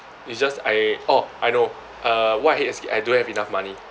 it's just I orh I know uh what I hate as kid I don't have enough money